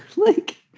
like,